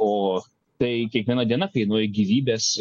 o tai kiekviena diena kainuoja gyvybes